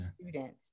students